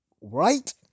Right